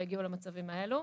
ויגיעו למצבים האלה,